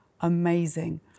amazing